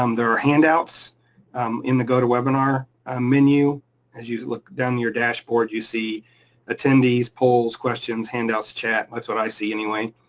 um there are handouts in the gotowebinar ah menu as you look down in your dashboard, you see attendees, polls, questions, handouts, chat. that's what i see anyway.